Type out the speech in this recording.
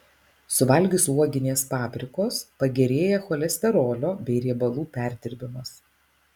suvalgius uoginės paprikos pagerėja cholesterolio bei riebalų perdirbimas